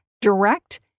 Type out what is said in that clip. direct